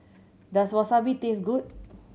does Wasabi taste good